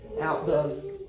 outdoes